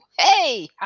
hey